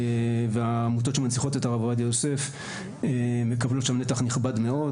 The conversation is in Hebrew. והעמותות שמנציחות את הרב עובדיה יוסף מקבלות שם נתח נכבד מאוד,